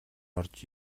орж